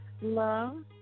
love